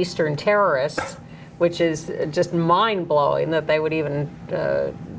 eastern terrorists which is just mind blowing that they would even